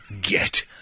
get